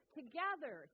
together